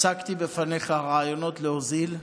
הצגתי בפניך רעיונות להוזיל,